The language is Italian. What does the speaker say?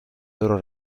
loro